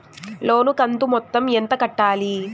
లోను కంతు మొత్తం ఎంత కట్టాలి?